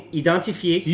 identifier